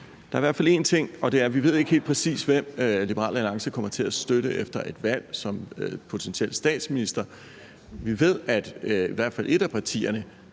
der er i hvert fald én ting, jeg vil sige, og det er, at vi ikke ved helt præcis, hvem Liberal Alliance kommer til at støtte som potentiel statsminister efter et valg. Vi ved, at i hvert fald et af partierne,